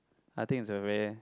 I think it's a very